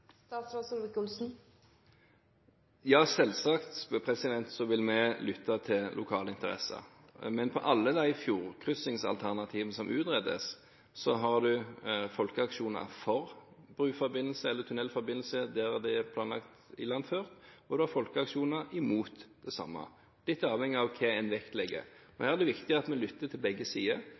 Ja, selvsagt vil vi lytte til lokale interesser, men på alle fjordkryssingsalternativene som utredes, har man folkeaksjoner for bro- eller tunnelforbindelse der de er planlagt ilandført, og man har folkeaksjoner imot det samme – litt avhengig av hva man vektlegger. Her er det viktig at vi lytter til begge sider,